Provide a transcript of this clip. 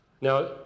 Now